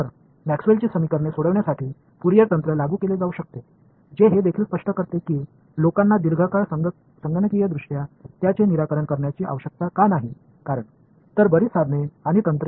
எனவே மேக்ஸ்வெல்லின் Maxwell's சமன்பாடுகளைத் தீர்க்க ஃபோரியர் நுட்பங்களைப் பயன்படுத்தலாம் இது நீண்ட காலமாக மக்கள் ஏன் அவற்றை கணக்கீட்டு ரீதியாக தீர்க்கத் தேவையில்லை என்பதையும் விளக்குகிறது